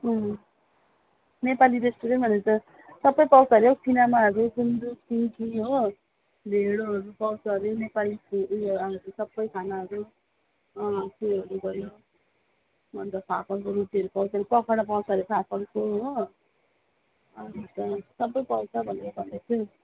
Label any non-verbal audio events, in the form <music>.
Nepali restaurant भनेर त सबै पाउँछ अरे हौ किनेमाहरू गुन्द्रुक सिन्की हो ढेँडोहरू पाउँछ अरे नेपाली <unintelligible> ऊ यो सबै खानाहरू अँ त्योहरू भयो अनि त फापरको रोटीहरू पाउँछ अरे पकौडा पाउँछ अरे फापरको हो अनि त सबै पाउँछ भनेर भन्दैथियो